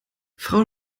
frau